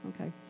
Okay